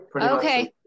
okay